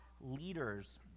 leaders